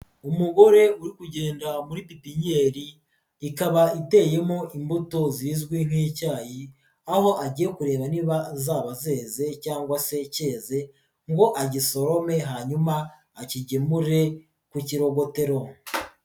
Umugore uri kugenda muri pipinyeri, ikaba iteyemo imbuto zizwi nk'icyayi, aho agiye kureba niba zaba zeze cyangwa a se cyeze ngo agisorome hanyuma akigemure ku kirogotero.